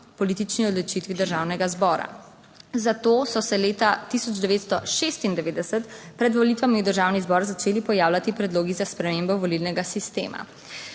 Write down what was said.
politični odločitvi Državnega zbora, zato so se leta 1996 pred volitvami v državni zbor začeli pojavljati predlogi za spremembo volilnega sistema.